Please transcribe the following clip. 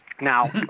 Now